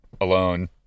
alone